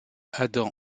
adam